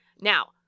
Now